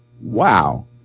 Wow